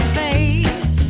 face